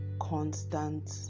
constant